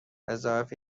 وظایف